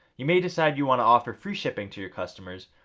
you may decide you want to offer free shipping to your customers,